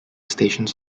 stations